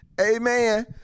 Amen